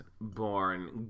born